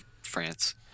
france